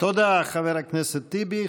תודה, חבר הכנסת טיבי.